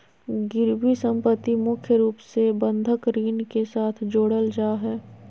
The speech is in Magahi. गिरबी सम्पत्ति मुख्य रूप से बंधक ऋण के साथ जोडल जा हय